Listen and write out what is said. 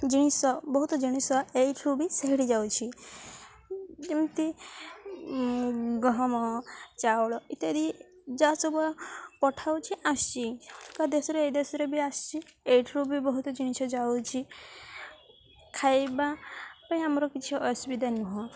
ଜିନିଷ ବହୁତ ଜିନିଷ ଏଇଠରୁ ବି ସେହିଠି ଯାଉଛି ଯେମିତି ଗହମ ଚାଉଳ ଇତ୍ୟାଦି ଯାହା ସବୁ ପଠାଉଛିି ଆସୁଛି ତା ଦେଶରେ ଏଇ ଦେଶରେ ବି ଆସୁଛି ଏଇଠରୁ ବି ବହୁତ ଜିନିଷ ଯାଉଛି ଖାଇବା ପାଇଁ ଆମର କିଛି ଅସୁବିଧା ନୁହଁ